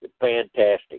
fantastic